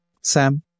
Sam